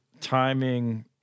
timing